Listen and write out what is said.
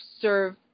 serve